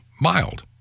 mild